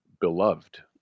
beloved